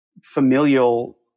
familial